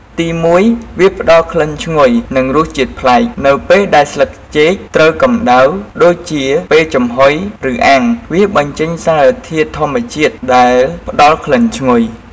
ទីមួយ វាផ្តល់ក្លិនឈ្ងុយ និងរសជាតិប្លែក នៅពេលដែលស្លឹកចេកត្រូវកម្តៅដូចជាពេលចំហុយឬអាំង វាបញ្ចេញសារធាតុធម្មជាតិដែលផ្តល់ក្លិនឈ្ងុយ។